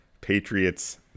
Patriots –